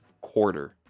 quarter